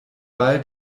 ball